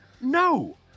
No